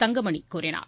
தங்கமணி கூறினார்